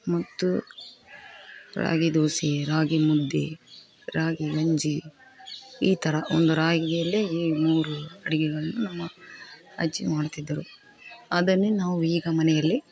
ಮತ್ತು ರಾಗಿ ದೋಸೆ ರಾಗಿ ಮುದ್ದೆ ರಾಗಿ ಗಂಜಿ ಈ ಥರ ಒಂದು ರಾಗಿಯಲ್ಲಿ ಈ ಮೂರು ಅಡಿಗೆಗಳನ್ನ ನಮ್ಮ ಅಜ್ಜಿ ಮಾಡುತ್ತಿದ್ದರು ಅದನ್ನೇ ನಾವು ಈಗ ಮನೆಯಲ್ಲಿ